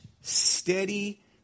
steady